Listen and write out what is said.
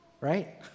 right